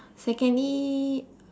secondly